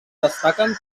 destaquen